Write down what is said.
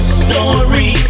story